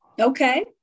Okay